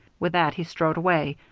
with that he strode away,